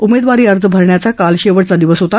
उमेदवारी अर्ज भरण्याचा काल शेवटचा दिवस होता